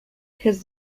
has